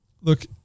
look